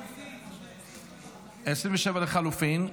29. 27 לחלופין.